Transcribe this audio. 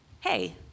Hey